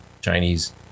Chinese